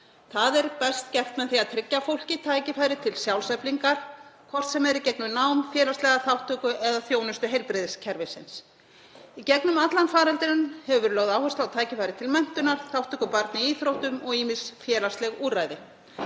Það er best gert með því að tryggja fólki tækifæri til sjálfseflingar, hvort sem er í gegnum nám, félagslega þátttöku eða þjónustu heilbrigðiskerfisins. Í gegnum allan faraldurinn hefur verið lögð áhersla á tækifæri til menntunar, þátttöku barna í íþróttum og ýmis félagsleg úrræði.